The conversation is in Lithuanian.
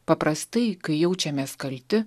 paprastai kai jaučiamės kalti